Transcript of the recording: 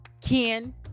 Ken